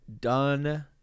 done